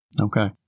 Okay